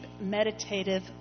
meditative